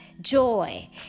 joy